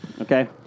Okay